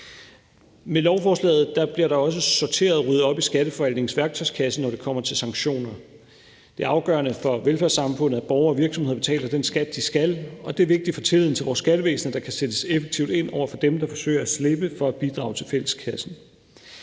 Med lovforslaget bliver der også sorteret og ryddet op i Skatteforvaltningens værktøjskasse, når det kommer til sanktioner. Det er afgørende for velfærdssamfundet, at borgere og virksomheder betaler den skat, de skal betale, og det er vigtigt for tilliden til vores skattevæsen, at der kan sættes effektivt ind over for dem, der forsøger at slippe for at bidrage til fælleskassen.